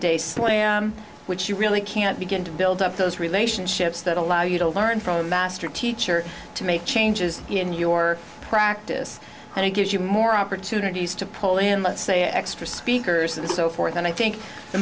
day slam which you really can't begin to build up those relationships that allow you to learn from a master teacher to make changes in your practice and it gives you more opportunities to pull in let's say extra speakers and so forth and i think the